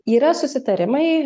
yra susitarimai